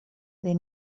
they